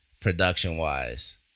production-wise